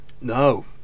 no